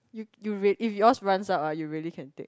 you you if yours runs out ah you really can take